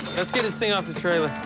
let's get his thing off the trailer.